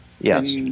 yes